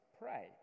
pray